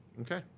Okay